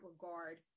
regard